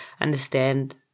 understand